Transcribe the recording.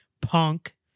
Punk